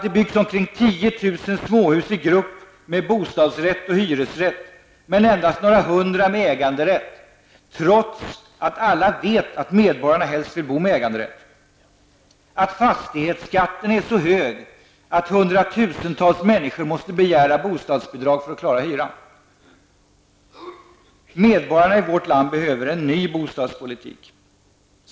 Det byggs omkring 10 000 småhus i grupp med bostadsrätt och hyresrätt, men endast några hundra med äganderätt, trots att alla vet att medborgarna helst vill bo med äganderätt. Fastighetsskatten är så hög att hundratusentals människor måste begära bostadsbidrag för att klara hyran. Medborgarna i vårt land behöver en ny bostadspolitik.